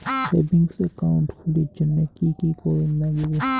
Savings account খুলির জন্যে কি কি করির নাগিবে?